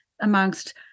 amongst